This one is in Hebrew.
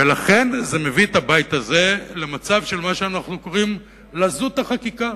ולכן זה מביא את הבית הזה למצב של מה שאנחנו קוראים "לזות החקיקה".